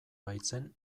baitzen